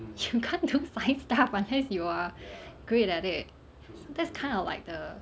you can't do science stuff unless you are great at it that's kind of like the